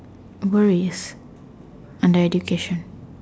worries under education